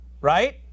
right